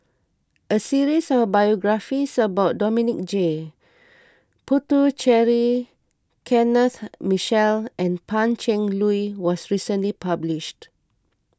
a series of biographies about Dominic J Puthucheary Kenneth Mitchell and Pan Cheng Lui was recently published